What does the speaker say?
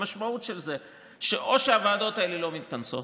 המשמעות של זה, או שהוועדות האלה לא מתכנסות